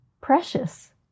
precious